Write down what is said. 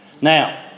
Now